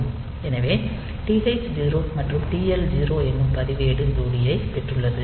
எனவே TH0 மற்றும் TL0 என்னும் பதிவேடு ஜோடியைப் பெற்றுள்ளது